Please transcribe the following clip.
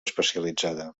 especialitzada